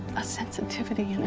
a sensitivity, and